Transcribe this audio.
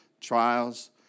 trials